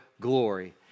glory